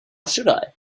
should